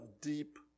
deep